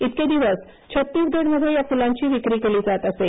इतके दिवस छत्तीसगडमध्ये या फुलांची विक्री केली जात असे